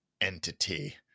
entity